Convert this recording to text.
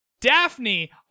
Daphne